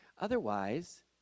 Otherwise